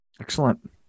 Excellent